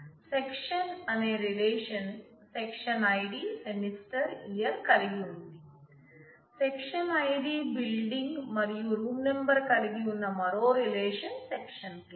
section అనే relation section ID semester year కలిగి ఉంది స్సెక్షన్ ఐడి బిల్డింగ్ మరియు రూమ్ నెంబరు కలిగివున్న మరో రిలేషన్ సెక్షన్ క్లాస్